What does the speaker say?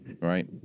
Right